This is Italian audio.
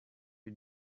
più